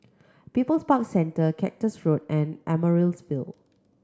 People's Park Centre Cactus Road and Ville